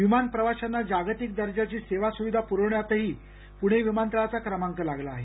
विमान प्रवाशांना जागतिक दर्जाची सेवा सुविधा प्रवण्यातही प्रणे विमानतळाचा क्रमांक लागला आहे